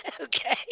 Okay